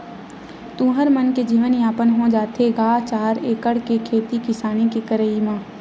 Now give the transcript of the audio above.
तुँहर मन के जीवन यापन हो जाथे गा चार एकड़ के खेती किसानी के करई म?